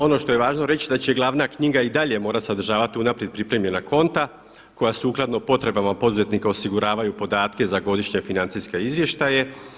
Ono što je važno reći da će glavna knjiga i dalje morati sadržavati unaprijed pripremljena konta koja sukladno potrebama poduzetnika osiguravaju podatke za godišnje financijske izvještaje.